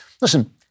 Listen